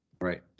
Right